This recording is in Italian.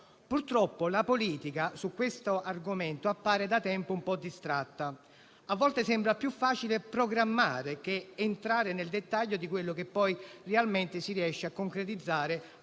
Purtroppo, la politica su questo argomento appare da tempo un po' distratta. A volte sembra più facile programmare che entrare nel dettaglio di quello che poi realmente si riesce a concretizzare